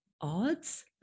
odds